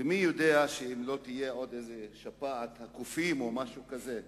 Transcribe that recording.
ומי יודע אם לא תהיה עוד שפעת הקופים או משהו כזה.